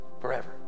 forever